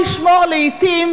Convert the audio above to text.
יודעת,